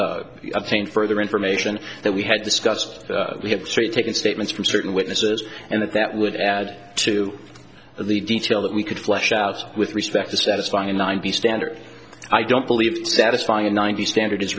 and obtain further information that we had discussed we have taken statements from certain witnesses and that that would add to the detail that we could flesh out with respect to satisfy a ninety standard i don't believe to satisfy a ninety standard is